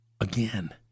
again